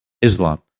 Islam